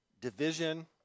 Division